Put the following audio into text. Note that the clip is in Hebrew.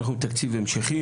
אנחנו עם תקציב המשכי